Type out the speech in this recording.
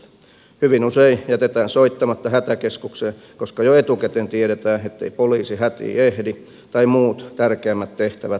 hyvin usein jätetään soittamatta hätäkeskukseen koska jo etukäteen tiedetään ettei poliisi hätiin ehdi tai muut tärkeämmät tehtävät ajavat edelle